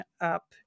up